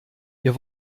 wir